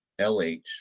LH